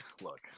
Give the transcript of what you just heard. look